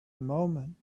moment